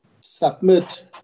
submit